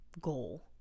goal